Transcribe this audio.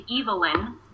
Evelyn